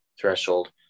threshold